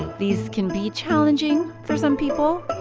these can be challenging for some people,